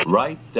right